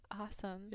Awesome